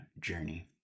journey